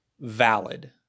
valid